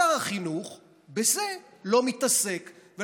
שר החינוך לא מתעסק בזה.